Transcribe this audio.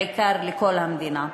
בעיקר, בכל המדינה.